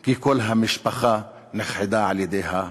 כי כל המשפחה נכחדה על-ידי ההפגזות.